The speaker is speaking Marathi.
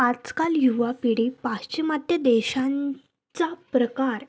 आजकाल युवा पिढी पाश्चिमात्य देशांचा प्रकार